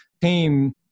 team